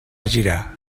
girar